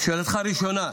לשאלתך הראשונה,